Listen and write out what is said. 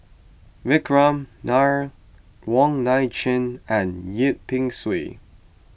Vikram Nair Wong Nai Chin and Yip Pin Xiu